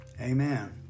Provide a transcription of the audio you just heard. Amen